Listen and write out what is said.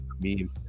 meme